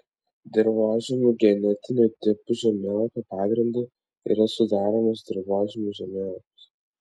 dirvožemių genetinių tipų žemėlapio pagrindu yra sudaromas dirvožemių žemėlapis